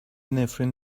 نفرین